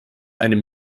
einem